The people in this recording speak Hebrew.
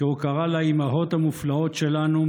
כהוקרה לאימהות המופלאות שלנו,